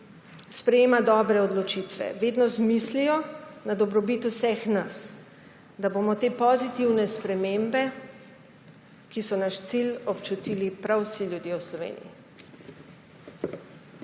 sprejema dobre odločitve, vedno z mislijo na dobrobit vseh nas, da bomo te pozitivne spremembe, ki so naš cilj, občutili prav vsi ljudje v Sloveniji.